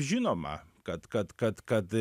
žinoma kad kad kad kad